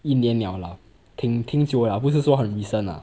一年了啦挺挺久了不是说很 recent lah